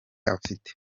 afite